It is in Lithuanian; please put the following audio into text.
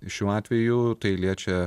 šiuo atveju tai liečia